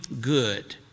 good